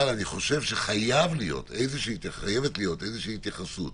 אני חושב שחייבת להיות איזושהי התייחסות